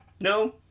No